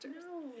No